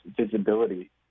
visibility